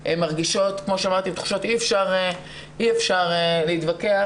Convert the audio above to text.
כמו שאמרתי, עם תחושות אי אפשר להתווכח.